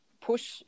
push